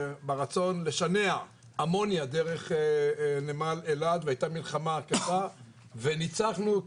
ברצון לשנע אמוניה דרך נמל אילת והייתה מלחמה עקובה ונצחנו,